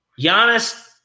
Giannis